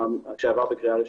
שעבר את הקריאה הראשונה.